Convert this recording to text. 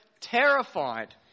terrified